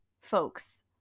folks